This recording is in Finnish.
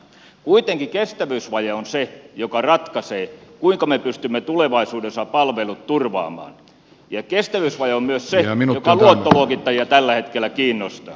kuitenkin kestävyysvaje on se joka ratkaisee kuinka me pystymme tulevaisuudessa palvelut turvaamaan ja kestävyysvaje on myös se joka luottoluokittajia tällä hetkellä kiinnostaa